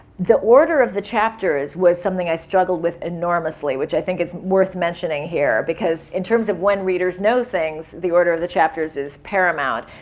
the order of the chapters was something i struggled with enormously, which i think it's worth mentioning here, because in terms of when readers know things, the order of the chapters is paramount.